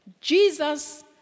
Jesus